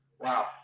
Wow